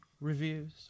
reviews